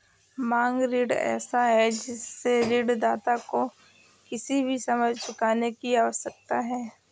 मांग ऋण ऐसा है जिससे ऋणदाता को किसी भी समय चुकाने की आवश्यकता है